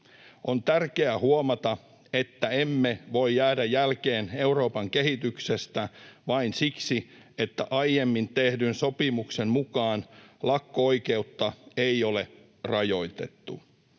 On tärkeää huomata, että emme voi jäädä jälkeen Euroopan kehityksestä vain siksi, että aiemmin tehdyn sopimuksen mukaan lakko-oikeutta ei ole rajoitettu.